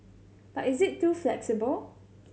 but is it too flexible